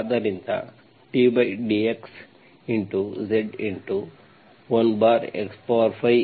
ಆದ್ದರಿಂದ ddxZ 1x51x5